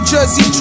Jersey